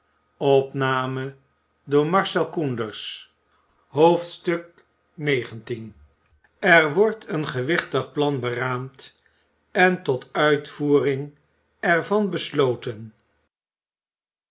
br wordt een gewichtig plan beraamd en tot de uitvoering er van besloten